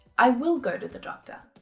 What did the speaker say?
i will go to the doctor.